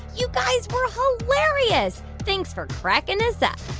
you guys were um hilarious. thanks for cracking us up.